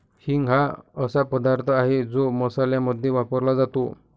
हिंग हा असा पदार्थ आहे जो मसाल्यांमध्ये वापरला जातो